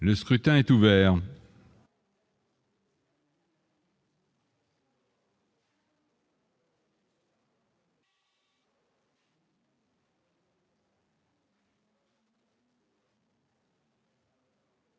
Le scrutin est ouvert.